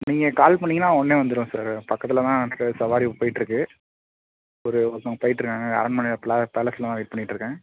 நீங்கள் கால் பண்ணீங்கன்னா உடனே வந்துருவேன் சார் பக்கத்தில் தான் சார் சவாரி பேயிட்ருக்கு ஒரு ஒருத்தவங்கப் போயிட்ருக்காங்க அரண்மனை ப்லா பேலஸில் தான் வெயிட் பண்ணிட்டுருக்கேன்